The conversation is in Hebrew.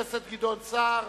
גדעון סער,